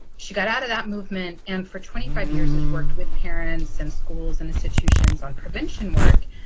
she got out of that movement and for twenty five years has worked with parents in schools and institutions on prevention work.